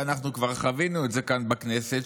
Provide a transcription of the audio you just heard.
ואנחנו כבר חווינו את זה כאן בכנסת,